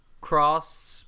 cross